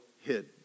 hid